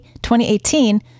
2018